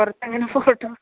പുറത്തങ്ങനെ photo